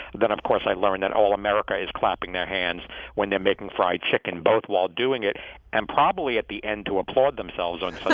then, of course, i learned that all of america is clapping their hands when they're making fried chicken both while doing it and probably at the end to applaud themselves on